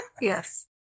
Yes